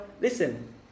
listen